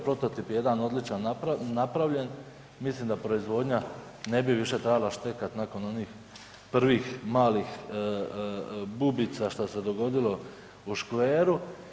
Prototip 1 odličan napravljen, mislim da proizvodnja ne bi više trebala štekati nakon onih prvih malih bubica što se dogodilo u škveru.